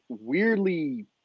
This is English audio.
weirdly